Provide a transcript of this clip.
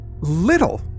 Little